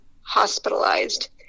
hospitalized